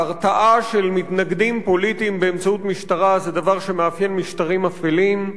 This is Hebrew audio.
ההרתעה של מתנגדים פוליטיים באמצעות משטרה זה דבר שמאפיין משטרים אפלים.